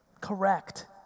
Correct